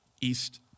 east